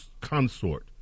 consort